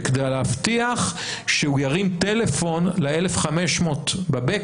וכדי להבטיח שהוא ירים טלפון ל-1,500 ב-